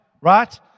Right